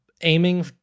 aiming